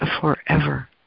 forever